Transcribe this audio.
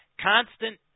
constant